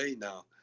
now